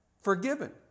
forgiven